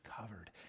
covered